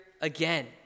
again